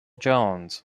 jones